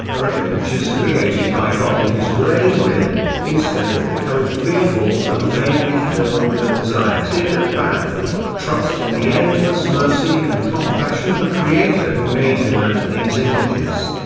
are images created by god in his brain will, instead instead of becoming fearful and vainly filled with anxiety and panic, trust in the endless mercy and compassion of the creator who made him and these images.